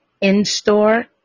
in-store